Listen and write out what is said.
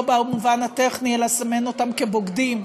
לא במובן הטכני אלא לסמן אותם כבוגדים,